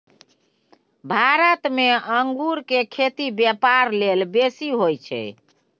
भारत देश में अंगूर केर खेती ब्यापार लेल बेसी होई छै